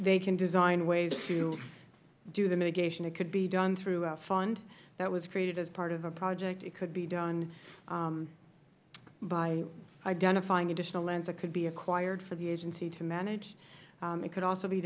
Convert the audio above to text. they can design ways to do the mitigation it could be done through a fund that was created as part of a project it could be done by identifying additional lands that could be acquired for the agency to manage it could also be